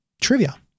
trivia